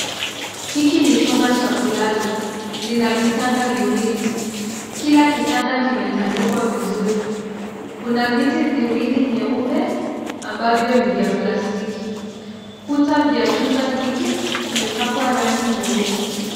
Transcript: Hiki ni chumba cha kulala. Lina vitanda viwili. Kila kitanda kimetadikwa vizuri. Kuna viti viwili nyeupe ambavyo ni vya plastiki. Kuta vya chumba hiki kimepakwa rangi nyeupe.